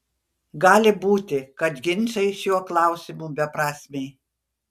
gali būti kad ginčai šiuo klausimu beprasmiai